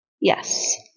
Yes